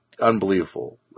unbelievable